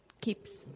keeps